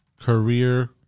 career